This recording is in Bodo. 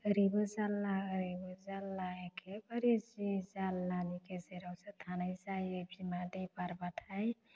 ओरैबो जारला ओरैबो जारला एखेबारे जि जारलानि गेजेरावसो थानाय जायो बिमा दै बारबाथाय